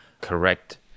correct